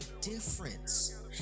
difference